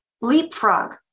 leapfrog